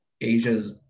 Asia's